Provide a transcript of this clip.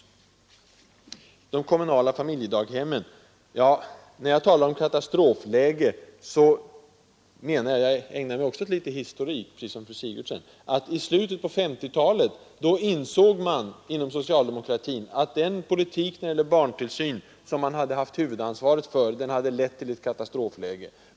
När jag i samband med de kommunala familjedaghemmen talade om katastrofläge ägnade jag mig, liksom fru Sigurdsen, åt litet historik: i slutet av 1950-talet insåg man inom socialdemokratin att den politik när det gäller barntillsynen, som man hade haft huvudansvaret för, hade lett till ett katastrofläge.